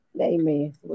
Amen